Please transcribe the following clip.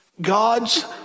God's